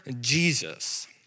Jesus